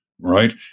right